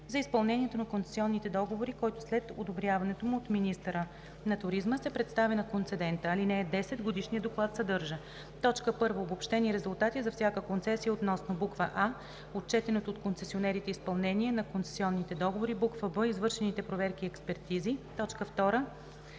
за изпълнението на концесионните договори, който след одобряването му от министъра на туризма, се представя на концедента. (10) Годишният доклад съдържа: 1. обобщени резултати за всяка концесия относно: а) отчетеното от концесионерите изпълнение на концесионните договори; б) извършените проверки и експертизи; 2.